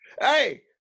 Hey